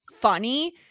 funny